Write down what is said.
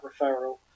referral